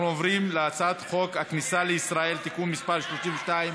אנחנו עוברים להצעת חוק הכניסה לישראל (תיקון מס' 32),